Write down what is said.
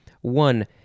One